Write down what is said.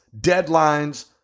deadlines